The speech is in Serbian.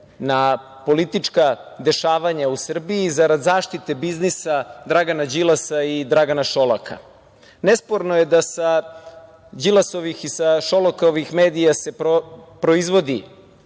na politička dešavanja u Srbiji zarad zaštite biznisa Dragana Đilasa i Dragana Šolaka? Nesporno je da sa Đilasovih i sa Šolakovih medija se proizvodi